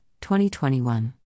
2021